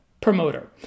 promoter